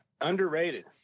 Underrated